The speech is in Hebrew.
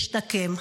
להשתקם.